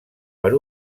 per